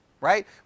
right